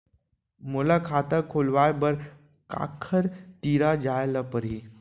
मोला खाता खोलवाय बर काखर तिरा जाय ल परही?